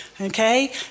Okay